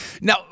Now